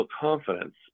confidence